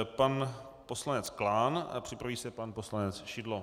Pan poslanec Klán a připraví se pan poslanec Šidlo.